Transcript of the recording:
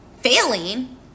failing